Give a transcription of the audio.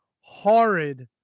Horrid